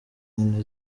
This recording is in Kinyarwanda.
nkino